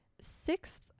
sixth